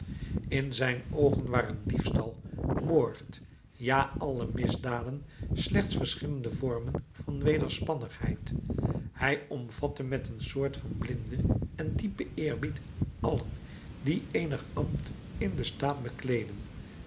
in zijn oog waren diefstal moord ja alle misdaden slechts verschillende vormen van wederspannigheid hij omvatte met een soort van blinden en diepen eerbied allen die eenig ambt in den staat bekleedden